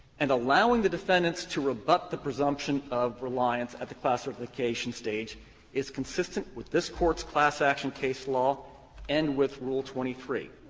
and allowing the defendants to rebut the presumption of reliance at the class certification stage is consistent with this court's class action case law and with rule twenty three.